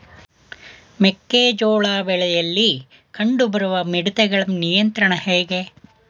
ಮೆಕ್ಕೆ ಜೋಳ ಬೆಳೆಯಲ್ಲಿ ಕಂಡು ಬರುವ ಮಿಡತೆಗಳ ನಿಯಂತ್ರಣ ಹೇಗೆ?